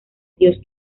dios